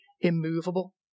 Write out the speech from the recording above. immovable